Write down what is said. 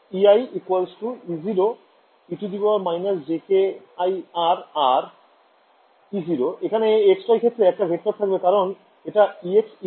তাই Ei E0e−jkir আর E0 এখানে x y ক্ষেত্রে একটা ভেক্টর থাকবে কারণ এটা Ex Ey